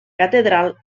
catedral